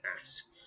ask